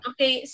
Okay